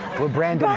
we're brand but